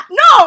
no